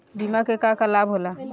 बिमा के का का लाभ होला?